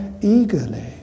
eagerly